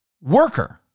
worker